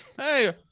Hey